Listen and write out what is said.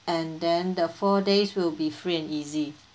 and then the four days will be free and easy